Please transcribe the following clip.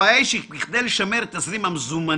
הבעיה היא שבכדי לשמר את תזרים המזומנים